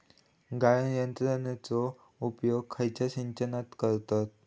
गाळण यंत्रनेचो उपयोग खयच्या सिंचनात करतत?